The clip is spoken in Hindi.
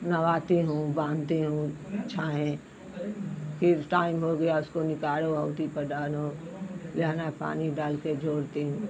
नहवाती हूँ बांधती हूँ छाहे फिर टाइम हो गया उसको निकारो औधी पर डारो दाना पानी डाल कर झोरती हूँ